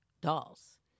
dolls